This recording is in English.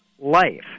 life